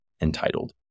entitled